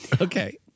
Okay